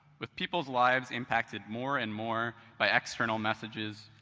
with people's lives impacted more and more by external messages,